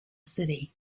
city